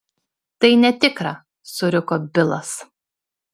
tai netikra suriko bilas